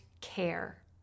care